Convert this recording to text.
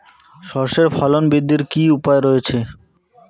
সর্ষের ফলন বৃদ্ধির কি উপায় রয়েছে?